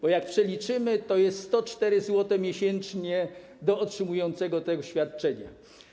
Bo jak przeliczymy, to jest 104 zł miesięcznie dla otrzymującego to świadczenie.